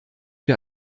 wir